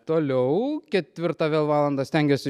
toliau ketvirtą vėl valandą stengiuosi